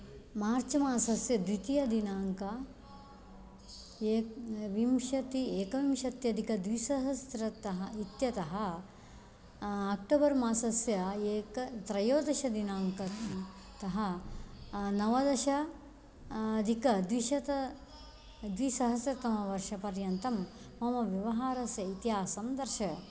मार्च् मासस्य द्वितीयदिनाङ्कः विंशतिः एक एकविंशत्यधिकद्विसहस्रतः इत्यतः अक्टोबर् मासस्य एकत्रयोदशदिनाङ्कतः नवदश अधिकद्विशतद्विसहस्रतमवर्षपर्यन्तं मम व्यवहारस्य इतिहासं दर्शय